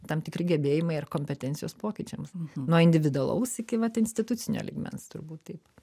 tam tikri gebėjimai ir kompetencijos pokyčiams nuo individualaus iki vat institucinio lygmens turbūt taip